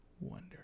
Wonder